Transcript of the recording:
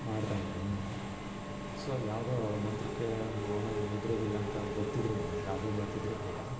ಮಾಡ್ತಾಯಿದ್ದಾರೆ ಇನ್ನೂ ಕೂಡ ಸೊ ಯಾವುದೋ ಮಂತ್ರಕ್ಕೆ ಮಾವಿನಹಣ್ಣು ಉದುರೋದಿಲ್ಲ ಅಂತ ಗೊತ್ತಿದ್ರೂನು ಗಾದೆ ಮಾತು ಇದ್ರೂ ಕೂಡ